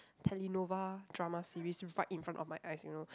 Telenova drama series right in front of my eyes you know